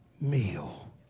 meal